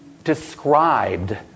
described